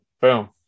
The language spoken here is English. Boom